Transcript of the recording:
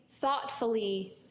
thoughtfully